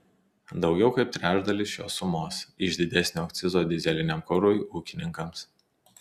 daugiau kaip trečdalis šios sumos iš didesnio akcizo dyzeliniam kurui ūkininkams